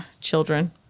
children